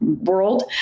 world